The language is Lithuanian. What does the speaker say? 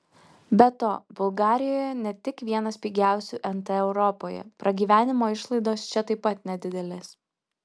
be to bulgarijoje ne tik vienas pigiausių nt europoje pragyvenimo išlaidos čia taip pat nedidelės